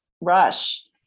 rush